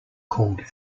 called